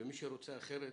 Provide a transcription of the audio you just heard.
מי שרוצה אחרת,